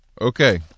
Okay